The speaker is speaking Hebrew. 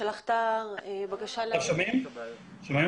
שגם הנתונים של מרכז המחקר של הכנסת מראים את הבעיות המאוד משמעותיות